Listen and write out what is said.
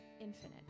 infinite